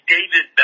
David